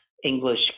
english